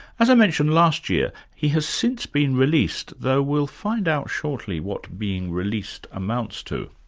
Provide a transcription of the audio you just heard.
as i mentioned last year, he has since been released, though we'll find out shortly what being released amounts to.